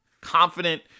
confident